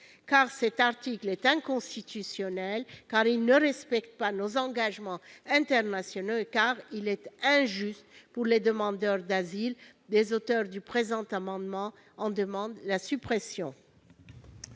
Cet article est inconstitutionnel, parce qu'il ne respecte pas nos engagements internationaux et parce qu'il est injuste pour les demandeurs d'asile. Les auteurs du présent amendement en demandent donc la suppression.